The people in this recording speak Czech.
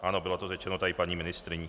Ano, bylo to řečeno tady paní ministryní.